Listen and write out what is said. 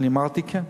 אני אמרתי כן.